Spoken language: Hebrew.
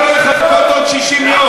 למה לא לחכות עוד 60 יום?